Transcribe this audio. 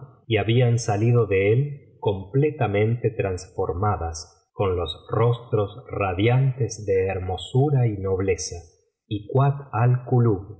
y habían salido de él completamente transformadas con los rostros radiantes de hermosura y nobleza y kuat